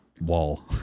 wall